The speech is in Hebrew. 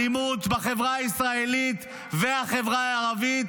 האלימות בחברה הישראלית והחברה הערבית